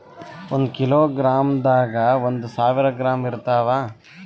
ಒಂದ್ ಕಿಲೋಗ್ರಾಂದಾಗ ಒಂದು ಸಾವಿರ ಗ್ರಾಂ ಇರತಾವ